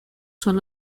son